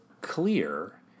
clear